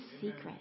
secret